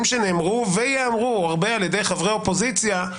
שנאמרו וייאמרו הרבה על ידי חברי אופוזיציה,